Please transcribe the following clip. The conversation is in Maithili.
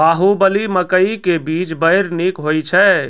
बाहुबली मकई के बीज बैर निक होई छै